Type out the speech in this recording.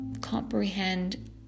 comprehend